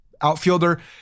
outfielder